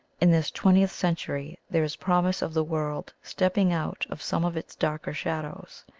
in this twentieth century there is promise of the world stepping out of some of its darker shadows.